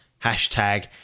Hashtag